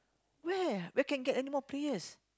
where where can get anymore players